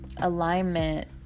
alignment